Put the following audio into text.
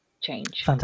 change